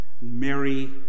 Mary